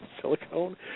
silicone